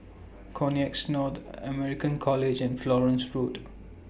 Connexis North American College and Florence Road